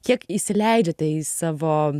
kiek įsileidžiate į savo